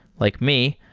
like me,